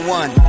one